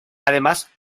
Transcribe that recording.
además